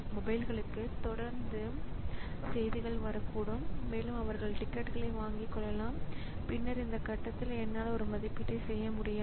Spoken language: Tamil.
எனவே இது மிகவும் முக்கியமானது ஏனெனில் குறுக்கீடு முடிந்ததும் அதை மீட்டெடுக்க வேண்டும் அங்கிருந்து செயல்பாட்டை மீட்டெடுக்க வேண்டும்